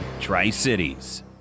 Tri-Cities